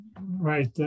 right